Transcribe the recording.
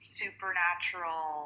supernatural